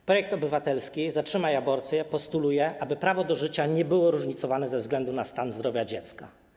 W projekcie obywatelskim „Zatrzymaj aborcję” postuluje się, aby prawo do życia nie było różnicowane ze względu na stan zdrowia dziecka.